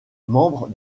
membre